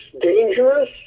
dangerous